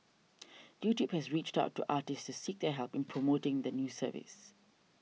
YouTube has reached out to artists to seek their help in promoting the new service